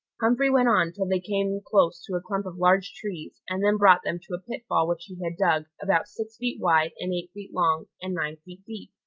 humphrey went on till they came close to a clump of large trees, and then brought them to a pitfall which he had dug, about six feet wide and eight feet long, and nine feet deep.